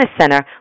center